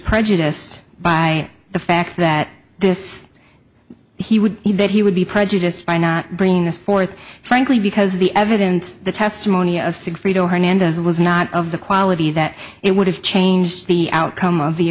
prejudiced by the fact that this he would be that he would be prejudiced by not bringing this forth frankly because the evidence the testimony of six fredo hernandez was not of the quality that it would have changed the outcome of the